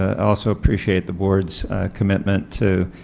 also appreciate the board's commitment to,